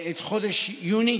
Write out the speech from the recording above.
את חודש יוני